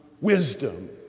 wisdom